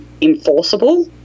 enforceable